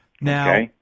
Now